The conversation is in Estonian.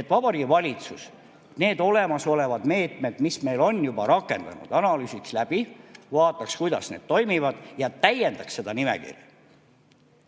et Vabariigi Valitsus analüüsiks olemasolevad meetmed, mis meil on juba rakendunud, läbi, vaataks, kuidas need toimivad, ja täiendaks seda nimekirja.